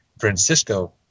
Francisco